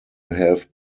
have